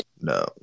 No